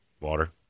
Water